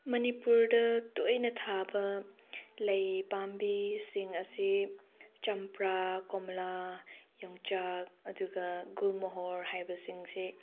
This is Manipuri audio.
ꯃꯅꯤꯄꯨꯔꯗ ꯇꯣꯏꯅ ꯊꯥꯕ ꯂꯩ ꯄꯥꯝꯕꯤꯁꯤꯡ ꯑꯁꯤ ꯆꯝꯄ꯭ꯔꯥ ꯀꯣꯝꯂꯥ ꯌꯣꯡꯆꯥꯛ ꯑꯗꯨꯒ ꯒꯨꯔꯃꯣꯍꯣꯔ ꯍꯥꯏꯕꯁꯤꯡꯁꯦ